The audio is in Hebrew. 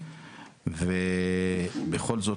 ובכל זאת,